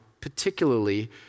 particularly